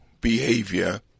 behavior